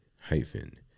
hyphen